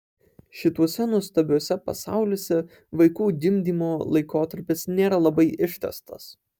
šituose nuostabiuose pasauliuose vaikų gimdymo laikotarpis nėra labai ištęstas